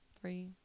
three